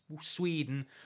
Sweden